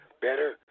better